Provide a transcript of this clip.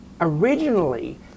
originally